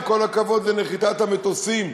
עם כל הכבוד לנחיתת המטוסים?